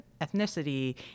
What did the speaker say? ethnicity